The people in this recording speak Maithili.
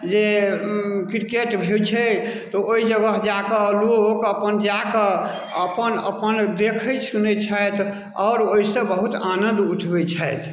जे क्रिकेट भेल छै तऽ ओहि जगह जाक लोक अपन जाकऽ अपन अपन देखै सुनय छथि आओर ओइसँ बहुत आनन्द उठबै छइथ